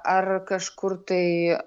ar kažkur tai